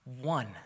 one